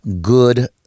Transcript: good